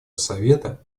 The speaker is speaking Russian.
совета